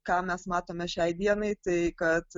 ką mes matome šiai dienai tai kad